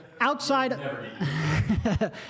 Outside